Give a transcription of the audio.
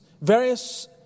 various